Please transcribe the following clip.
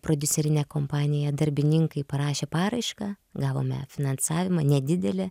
prodiuserinė kompanija darbininkai parašė paraišką gavome finansavimą nedidelį